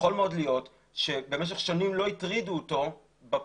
יכול מאוד להיות שבמשך שנים לא הטרידו אותו בפלקל,